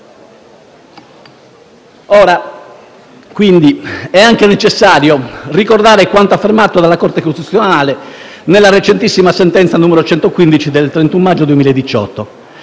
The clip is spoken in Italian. prescritti. È anche necessario ricordare quanto affermato dalla Corte costituzionale nella recentissima sentenza n. 115 del 31 maggio 2018: